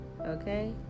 Okay